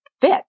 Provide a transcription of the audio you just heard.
fit